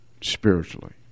spiritually